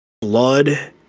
blood